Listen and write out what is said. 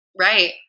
Right